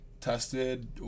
tested